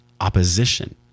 opposition